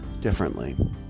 differently